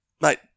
Mate